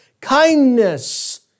kindness